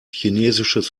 chinesisches